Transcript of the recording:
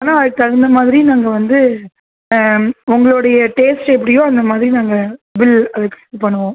ஆனால் அதுக்குத் தகுந்தமாதிரி நாங்கள் வந்து உங்களோடைய டேஸ்ட் எப்படியோ அந்தமாதிரி நாங்கள் பில் அதுக்கு இது பண்ணுவோம்